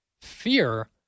fear